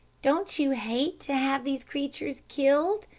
don't you hate to have these creatures killed,